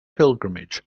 pilgrimage